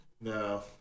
no